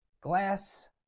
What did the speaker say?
glass